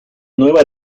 nueva